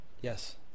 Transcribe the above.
Yes